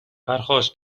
پرخاش